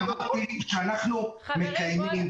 רק אמרתי שאנחנו מקיימים,